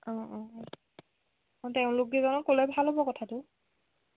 অঁ অঁ অঁ তেওঁলোক কেইজনক ক'লে ভাল হ'ব কথাটো